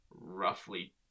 roughly